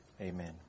Amen